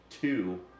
Two